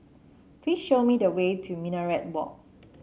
please show me the way to Minaret Walk